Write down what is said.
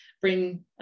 bring